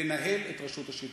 לנהל את רשות השידור.